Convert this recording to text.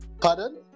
Pardon